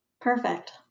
Perfect